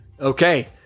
Okay